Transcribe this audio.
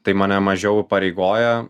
tai mane mažiau įpareigoja